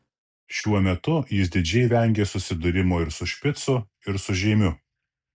šiuo metu jis didžiai vengė susidūrimo ir su špicu ir su žeimiu